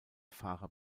fahrer